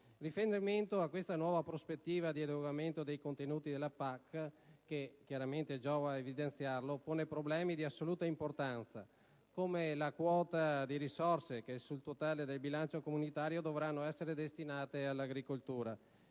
nell'anno 2020. Questa nuova prospettiva di adeguamento dei contenuti della PAC, giova evidenziarlo, pone problemi di assoluta importanza, come la quota di risorse che, sul totale del bilancio comunitario, dovranno essere destinate all'agricoltura,